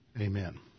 Amen